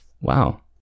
wow